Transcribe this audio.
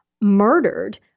murdered